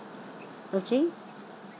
okay